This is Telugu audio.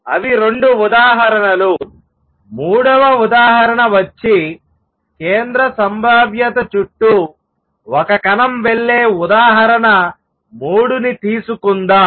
అవి రెండు ఉదాహరణలు మూడవ ఉదాహరణ వచ్చికేంద్ర సంభావ్యత చుట్టూ ఒక కణం వెళ్లే ఉదాహరణ 3 ని తీసుకుందాం